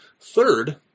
Third